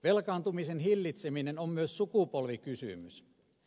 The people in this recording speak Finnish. velkaantumisen hillitseminen on myös sukupolvikysymys